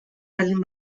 baldin